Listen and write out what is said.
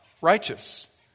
righteous